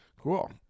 Cool